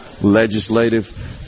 legislative